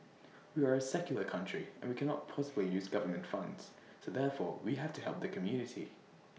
we are A secular country and we cannot possibly use government funds so therefore we have to help the community